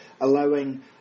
allowing